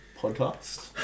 podcast